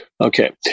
Okay